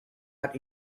out